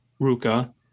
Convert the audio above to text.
Ruka